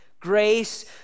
Grace